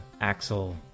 Axel